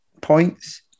points